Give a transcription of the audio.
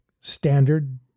standard